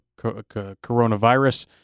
coronavirus